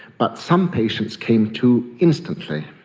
but some patients came to instantly,